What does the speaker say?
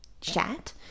chat